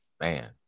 man